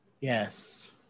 yes